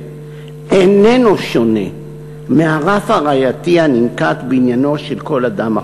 איננו שונה מהרף הראייתי הננקט בעניינו של כל אדם אחר.